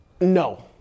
no